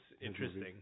Interesting